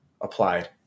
applied